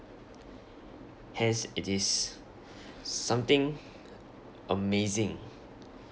hence it is something amazing